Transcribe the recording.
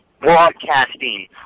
broadcasting